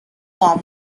form